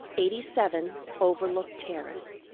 eighty seven overlook terrace.